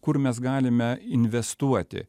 kur mes galime investuoti